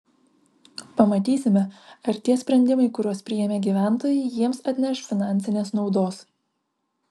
pamatysime ar tie sprendimai kuriuos priėmė gyventojai jiems atneš finansinės naudos